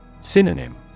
Synonym